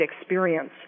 experience